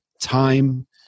time